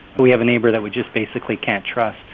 we have a neighbor that we just basically can't trust,